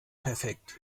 perfekt